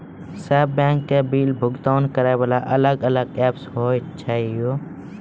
सब बैंक के बिल भुगतान करे वाला अलग अलग ऐप्स होय छै यो?